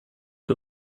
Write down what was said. der